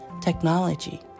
technology